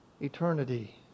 eternity